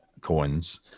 coins